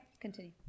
Continue